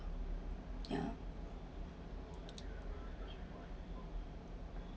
yeah